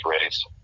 race